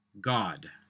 God